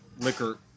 liquor